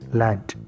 land